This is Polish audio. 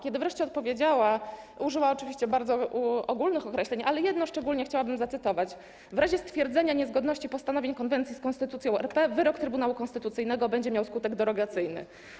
Kiedy wreszcie odpowiedziała, użyła oczywiście bardzo ogólnych określeń, ale jedno szczególnie chciałabym zacytować: W razie stwierdzenia niezgodności postanowień konwencji z Konstytucją RP wyrok Trybunału Konstytucyjnego będzie miał skutek derogacyjny.